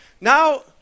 Now